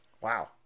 Wow